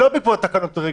לא בעקבות התקנות, גברתי.